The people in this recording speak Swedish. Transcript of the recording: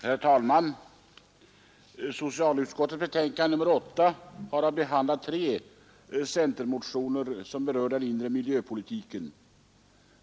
Herr talman! Socialutskottets betänkande nr 8 behandlar tre centermotioner som berör den inre miljöpolitiken.